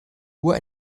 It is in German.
nur